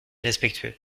respectueux